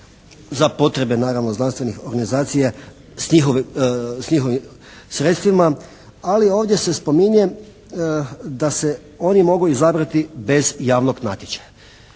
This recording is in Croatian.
za potrebe naravno znanstvenih organizacija s njihovim sredstvima. Ali ovdje se spominje da se oni mogu izabrati bez javnog natječaja.